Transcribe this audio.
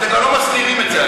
אתם גם לא מסתירים את זה.